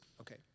Okay